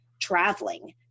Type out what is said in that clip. traveling